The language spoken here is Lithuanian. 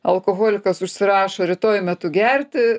alkoholikas užsirašo rytoj metu gerti